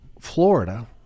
Florida